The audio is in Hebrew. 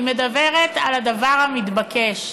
היא מדברת על הדבר המתבקש.